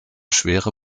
schwere